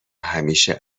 همیشه